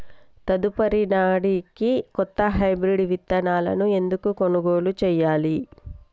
తదుపరి నాడనికి కొత్త హైబ్రిడ్ విత్తనాలను ఎందుకు కొనుగోలు చెయ్యాలి?